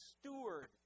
steward